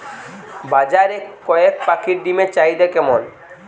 বাজারে কয়ের পাখীর ডিমের চাহিদা কেমন?